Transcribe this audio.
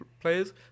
players